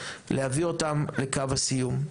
להביא אותם לקו הסיום.